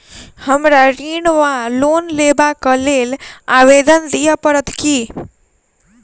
हमरा ऋण वा लोन लेबाक लेल आवेदन दिय पड़त की?